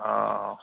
हँ